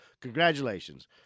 congratulations